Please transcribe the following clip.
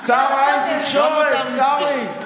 שר ה"אין תקשורת", קרעי,